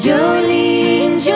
Jolene